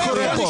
מה קורה פה?